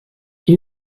این